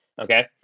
Okay